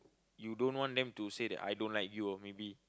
you don't want them to say that I don't like you or maybe